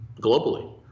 globally